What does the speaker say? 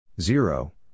Zero